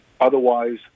Otherwise